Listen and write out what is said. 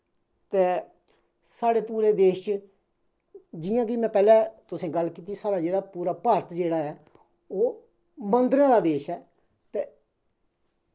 ते साढ़े पूरे देश च जियां कि पैह्लें में गल्ल कीती साढ़ा जेह्ड़ा पूरा भारत जेह्ड़ा ऐ ओह् मन्दरें दा देश ऐ ते